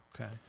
Okay